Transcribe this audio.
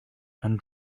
and